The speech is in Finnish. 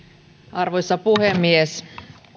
arvoisa puhemies